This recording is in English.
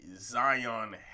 Zion